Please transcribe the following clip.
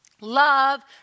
Love